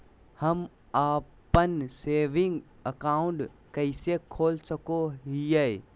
हम अप्पन saving account कइसे खोल सको हियै?